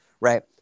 right